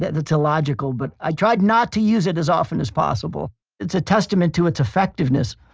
that's illogical, but i tried not to use it as often as possible it's a testament to its effectiveness.